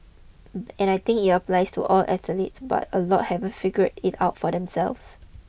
and I think it applies to all athletes but a lot haven't figured it out for themselves